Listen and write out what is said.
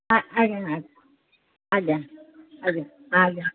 ଆଜ୍ଞା ଆଜ୍ଞା ଆଜ୍ଞା ଆଜ୍ଞା ଆଜ୍ଞା